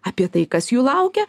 apie tai kas jų laukia